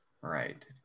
Right